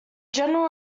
general